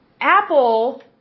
Apple